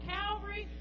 Calvary